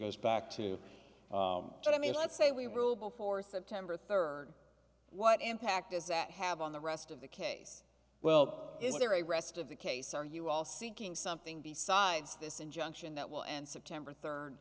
goes back to what i mean let's say we rule before september rd what impact does that have on the rest of the case well is there a rest of the case are you all seeking something besides this injunction that will and september